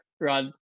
rod